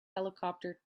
helicopter